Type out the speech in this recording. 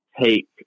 take